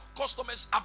customers